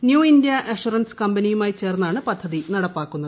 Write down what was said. new India Assurance കമ്പനിയുമായി ചേർന്നാണ് പദ്ധതി നടപ്പാക്കുന്നത്